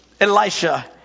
Elisha